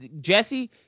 Jesse